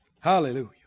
Hallelujah